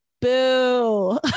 boo